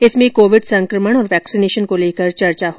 इसमें कोविड संक्रमण और वैक्सीनेशन को लेकर चर्चा होगी